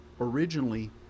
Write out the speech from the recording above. originally